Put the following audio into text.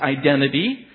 identity